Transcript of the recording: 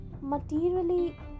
Materially